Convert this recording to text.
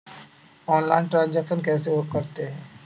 Online transaction कैसे करते हैं?